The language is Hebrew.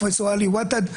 פרופ' עלי ותד,